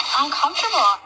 uncomfortable